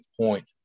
point